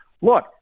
look